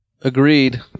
agreed